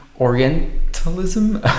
orientalism